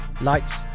lights